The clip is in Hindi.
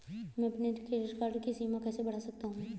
मैं अपने क्रेडिट कार्ड की सीमा कैसे बढ़ा सकता हूँ?